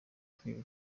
kwiga